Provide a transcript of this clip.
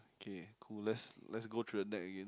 K coolest let's go through the deck again